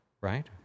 Right